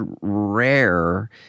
rare